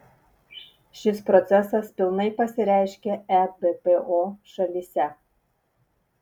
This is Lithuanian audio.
šis procesas pilnai pasireiškė ebpo šalyse